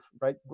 right